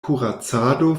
kuracado